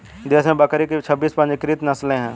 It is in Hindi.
देश में बकरी की छब्बीस पंजीकृत नस्लें हैं